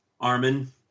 Armin